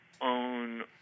own –